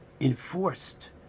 enforced